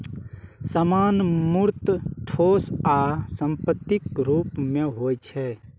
सामान मूर्त, ठोस आ संपत्तिक रूप मे होइ छै